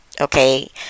Okay